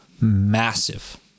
massive